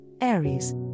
Aries